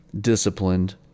disciplined